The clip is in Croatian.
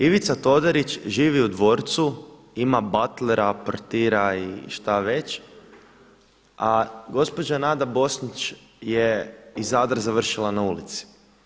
Ivica Todorić živi u dvorcu, ima batlera, portira i šta već a gospođa Nada Bosnić je iz Zadra završila na ulici.